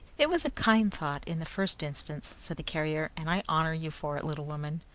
it was a kind thought in the first instance, said the carrier and i honour you for it, little woman.